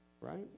Right